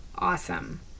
Awesome